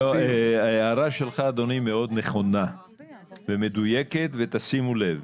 ההערה שלך, אדוני, מאוד נכונה ומדויקת, ותשימו לב.